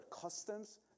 customs